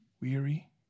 weary